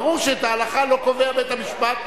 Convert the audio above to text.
ברור שאת ההלכה לא קובע בית-המשפט.